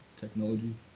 technology